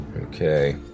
Okay